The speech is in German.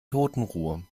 totenruhe